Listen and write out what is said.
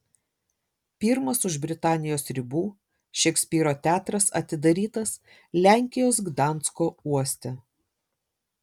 pirmas už britanijos ribų šekspyro teatras atidarytas lenkijos gdansko uoste